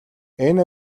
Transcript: энэ